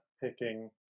picking